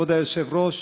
כבוד היושב-ראש,